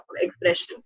expression